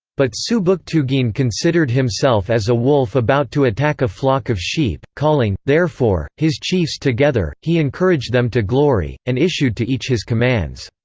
but subooktugeen considered himself as a wolf about to attack a flock of sheep calling, therefore, his chiefs together, he encouraged them to glory, and issued to each his commands.